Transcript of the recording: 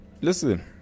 listen